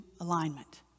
alignment